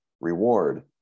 reward